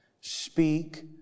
Speak